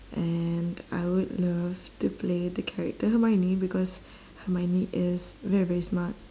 and I would love to play the character hermione because hermione is very very smart